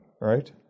right